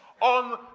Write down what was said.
on